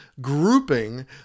grouping